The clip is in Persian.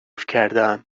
کردهام